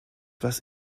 was